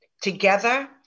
together